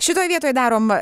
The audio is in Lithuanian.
šitoj vietoj darom